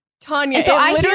Tanya